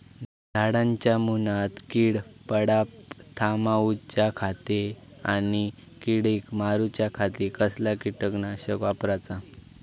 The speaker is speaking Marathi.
झाडांच्या मूनात कीड पडाप थामाउच्या खाती आणि किडीक मारूच्याखाती कसला किटकनाशक वापराचा?